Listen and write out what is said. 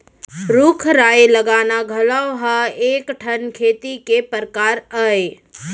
रूख राई लगाना घलौ ह एक ठन खेती के परकार अय